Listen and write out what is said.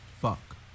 Fuck